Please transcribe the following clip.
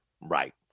Right